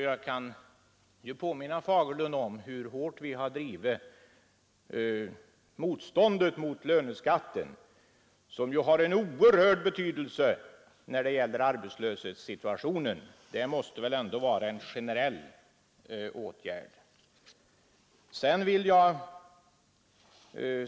Jag kan ju påminna herr Fagerlund om hur hårt vi från vårt håll har drivit motståndet mot löneskatten, som ju har en oerhörd betydelse för arbetslöshetssituationen. Det måste väl ändå vara en generell åtgärd.